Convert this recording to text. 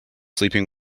sleeping